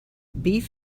beef